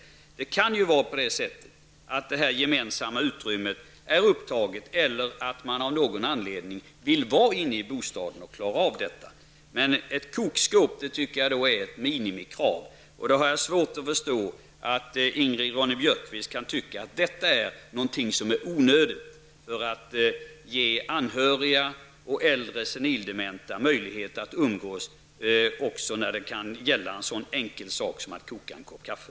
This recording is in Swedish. Det kan ju vara på det sättet att det gemensamma utrymmet är upptaget eller att man av någon anledning vill vara inne i bostaden och klara av detta. Men ett kokskåp tycker jag är ett minimikrav, och jag har svårt att förstå att Ingrid Ronne-Björkqvist kan tycka att detta är någonting som är onödigt när det gäller att ge anhöriga och äldre senildementa möjlighet att umgås också då det rör sig om en sådan enkel sak som att koka en kopp kaffe.